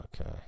okay